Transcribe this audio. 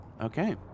okay